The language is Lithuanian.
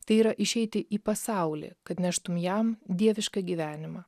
tai yra išeiti į pasaulį kad neštum jam dievišką gyvenimą